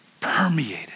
permeated